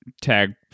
tag